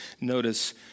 notice